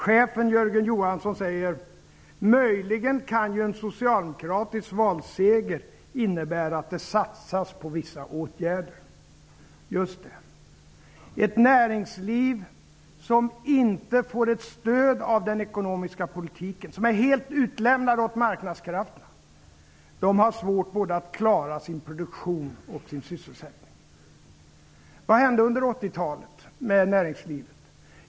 Chefen Jörgen Johansson säger: Möjligen kan en socialdemokratisk valseger innebära att det satsas på vissa åtgärder. Just det. Ett näringsliv som inte har ett stöd av den ekonomiska politiken, som är helt utlämnat åt marknadskrafterna, har svårt att klara både sin produktion och sin sysselsättning. Vad hände under 80-talet med näringslivet?